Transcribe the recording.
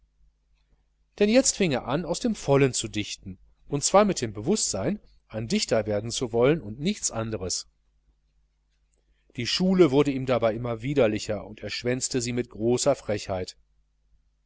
denn jetzt fing er an aus dem vollen zu dichten und zwar mit dem bewußtsein ein dichter werden zu wollen und nichts andres die schule wurde ihm dabei immer widerlicher und er schwänzte sie mit großer frechheit